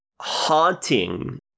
haunting